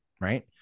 Right